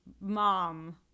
mom